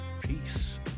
Peace